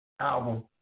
album